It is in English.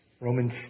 Romans